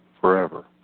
forever